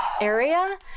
area